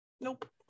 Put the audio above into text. nope